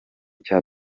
cya